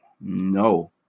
No